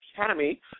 Academy